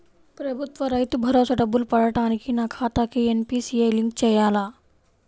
ప్రభుత్వ రైతు భరోసా డబ్బులు పడటానికి నా ఖాతాకి ఎన్.పీ.సి.ఐ లింక్ చేయాలా?